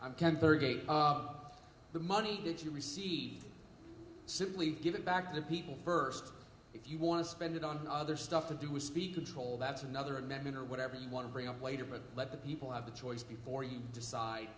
again the money that you receive simply give it back to the people first if you want to spend it on other stuff to do is speak that's another amendment or whatever you want to bring up later but let the people have the choice before you decide